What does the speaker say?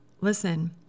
Listen